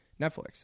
Netflix